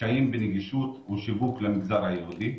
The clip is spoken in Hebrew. קשיים בנגישות ושיווק למגזר היהודי.